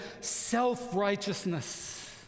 self-righteousness